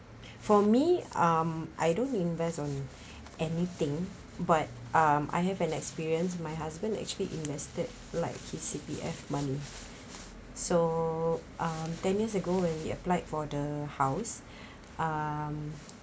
for me um I don't invest on anything but um I have an experience my husband actually invested like his C_P_F money so um ten years ago when he applied for the house um